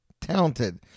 talented